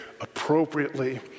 appropriately